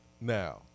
Now